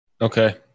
okay